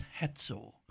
Hatzor